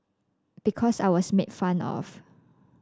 because I was made fun of